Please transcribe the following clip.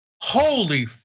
holy